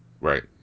Right